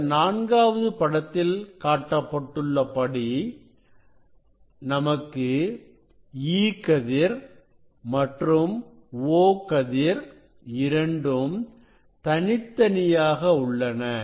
இந்த நான்காவது படத்தில் காட்டப்பட்டுள்ள படி நமக்கு E கதிர் மற்றும் O கதிர் இரண்டும் தனித்தனியாக உள்ளன